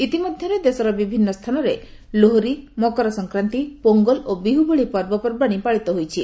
ଇତିମଧ୍ୟରେ ଦେଶର ବିଭିନ୍ନ ସ୍ଥାନରେ ଲୋହରି ମକରସଂକ୍ରାନ୍ତି ପୋଙ୍ଗଲ ଓ ବିହୁ ଭଳି ପର୍ବପର୍ବାଣି ପାଳିତ ହୋଇଛି